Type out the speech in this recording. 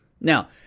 Now